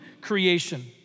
creation